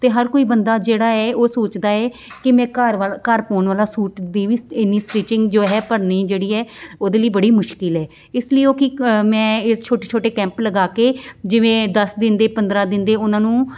ਅਤੇ ਹਰ ਕੋਈ ਬੰਦਾ ਜਿਹੜਾ ਏ ਉਹ ਸੋਚਦਾ ਏ ਕਿ ਮੈਂ ਘਰ ਵਾਲ ਘਰ ਪਾਉਣ ਵਾਲਾ ਸੂਟ ਦੀ ਵੀ ਇੰਨੀ ਸਟਿਚਿੰਗ ਜੋ ਹੈ ਭਰਨੀ ਜਿਹੜੀ ਏ ਉਹਦੇ ਲਈ ਬੜੀ ਮੁਸ਼ਕਿਲ ਏ ਇਸ ਲਈ ਉਹ ਕੀ ਮੈਂ ਇਸ ਛੋਟੀ ਛੋਟੇ ਕੈਂਪ ਲਗਾ ਕੇ ਜਿਵੇਂ ਦਸ ਦਿਨ ਦੇ ਪੰਦਰਾਂ ਦਿਨ ਦੇ ਉਹਨਾਂ ਨੂੰ